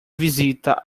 visita